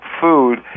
food